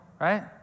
right